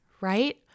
right